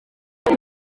kuri